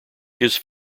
his